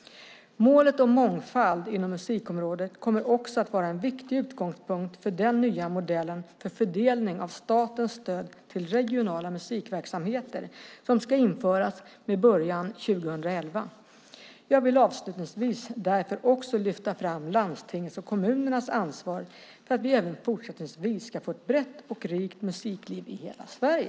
Målet om mångfald inom musikområdet kommer också att vara en viktig utgångspunkt för den nya modellen för fördelning av statens stöd till regionala musikverksamheter som ska införas med början 2011. Jag vill avslutningsvis därför också lyfta fram landstingens och kommunernas ansvar för att vi även fortsättningsvis får ett brett och rikt musikliv i hela Sverige.